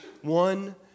one